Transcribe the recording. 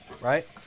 right